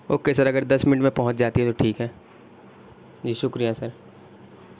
okay sir اگر دس minute میں پہنچ جاتی ہے تو ٹھیک ہے جی شکریہ سر